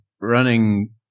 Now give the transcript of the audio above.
running